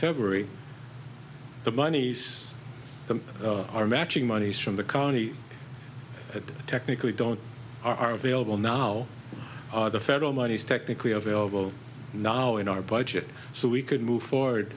february the monies are matching monies from the county that technically don't are available now the federal money is technically available now in our budget so we could move forward